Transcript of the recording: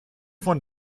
von